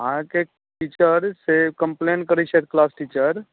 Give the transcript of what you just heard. अहाँके टीचर से कम्प्लेन करै छथि किलास टीचर